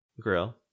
Grill